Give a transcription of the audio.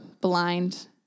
blind